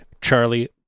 Charlie